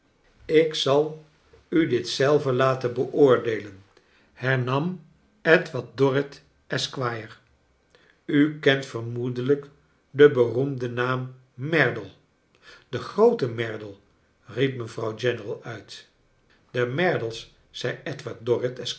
ik zal u dit zelve iaten beoordeelen hernam edward dorrit esquire u kent vermoedelijk den beroemden naam merdte de groote merdle riep mevrouw general uit de merdles zei